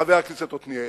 חבר הכנסת עתניאל.